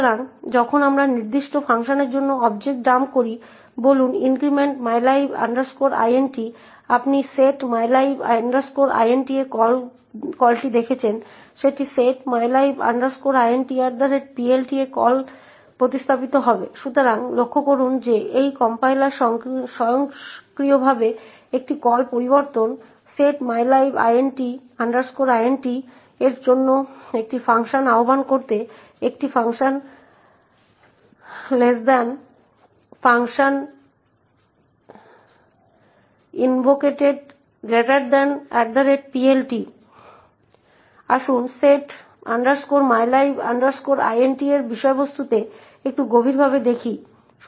সুতরাং আমরা যা আশা করি তা হল যে যখন একটি printf এই n কার্যকর করে তখন এটি 60 এর সাথে s এর মান পূরণ করে এবং এটি আমরা নিম্নরূপ দেখতে পারি